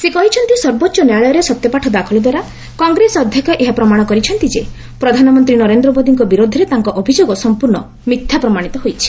ସେ କହିଛନ୍ତି ସର୍ବୋଚ୍ଚ ନ୍ୟାୟାଳୟରେ ସତ୍ୟପାଠ ଦାଖଲ ଦ୍ୱାରା କଂଗ୍ରେସ ଅଧ୍ୟକ୍ଷ ଏହା ପ୍ରମାଣ କରିଛନ୍ତି ଯେ ପ୍ରଧାନମନ୍ତ୍ରୀ ନରେନ୍ଦ୍ର ମୋଦିଙ୍କ ବିରୋଧରେ ତାଙ୍କ ଅଭିଯୋଗ ସମ୍ପର୍ଶ୍ଣ ମିଥ୍ୟା ପ୍ରମାଣିତ ହୋଇଛି